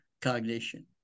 cognition